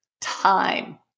time